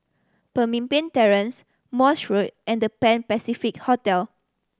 Pemimpin Terrace Morse Road and The Pan Pacific Hotel